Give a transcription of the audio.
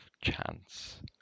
chance